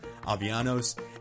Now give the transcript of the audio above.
Avianos